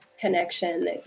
connection